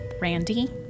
Randy